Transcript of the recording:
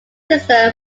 sister